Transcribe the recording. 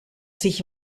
sich